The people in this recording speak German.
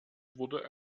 wurde